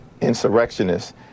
insurrectionists